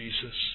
Jesus